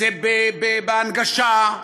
זה בהנגשה.